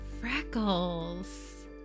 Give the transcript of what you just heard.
freckles